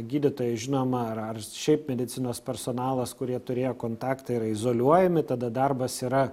gydytojai žinoma ar ar šiaip medicinos personalas kurie turėjo kontaktą yra izoliuojami tada darbas yra